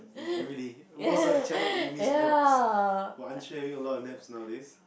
really most of the childhood you miss naps well I'm sure you're having a lot of naps nowadays